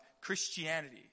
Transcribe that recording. Christianity